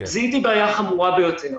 זיהיתי בעיה חמורה ביותר: